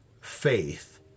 faith